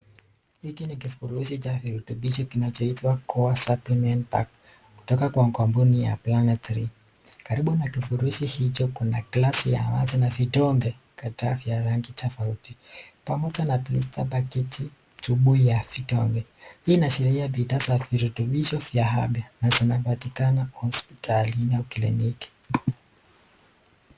Hiki ni kifurushi cha virutubisho kinachoitwa Core Supplement Pack kutoka kwa kampuni ya Planet Three . Karibu na kifurushi hicho kuna glasi ya maji na vidonge kadhaa vya rangi tofauti pamoja na blister packet tubu ya vidonge. Hii inaashiria bidhaa za virutubisho vya afya na zinapatikana hospitalini au kliniki.